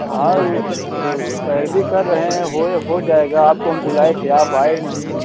हाँ वह वह पैरबी कर रहे हैं हो जाएगा आपको हम बुलाए थे आप आए नहीं